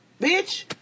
bitch